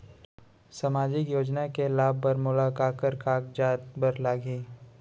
सामाजिक योजना के लाभ बर मोला काखर कागजात बर लागही?